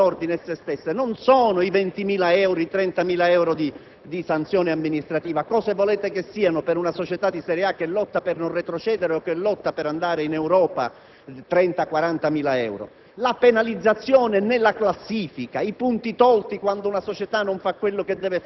con la Lega calcio, perché le vere sanzioni che porteranno le società a far rispettare l'ordine, esse stesse, non sono i 20.000 o i 30.000 euro di sanzione amministrativa. Cosa volete che siano, per una società di serie A che lotta per non retrocedere o per andare in Europa, 30.000 o